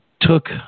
took